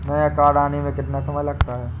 नया कार्ड आने में कितना समय लगता है?